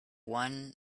won